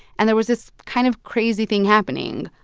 and there was this kind of crazy thing happening.